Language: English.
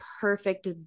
perfect